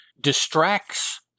distracts